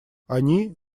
они